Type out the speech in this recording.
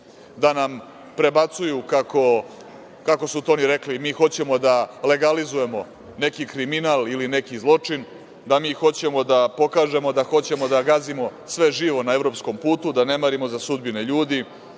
da nam prebacuju, kako su to oni rekli, mi hoćemo da legalizujemo neki kriminal ili neki zločin, da mi hoćemo da pokažemo da hoćemo da gazimo sve živo na evropskom putu, da ne marimo za sudbine ljudi,